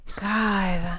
God